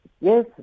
yes